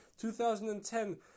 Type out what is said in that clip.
2010